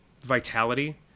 vitality